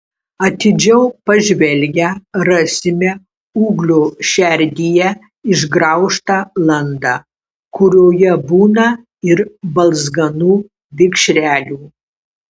atidžiau pažvelgę rasime ūglio šerdyje išgraužtą landą kurioje būna ir balzganų vikšrelių